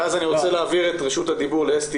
ואז אני רוצה להעביר את רשות הדיבור לאסתי